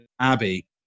abbey